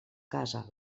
casa